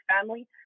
family